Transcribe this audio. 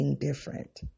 different